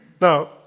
Now